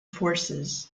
forces